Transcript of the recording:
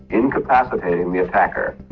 incapacitating the attacker.